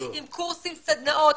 עם קורסים וסדנאות,